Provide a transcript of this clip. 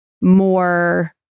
more